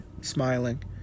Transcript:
smiling